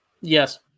Yes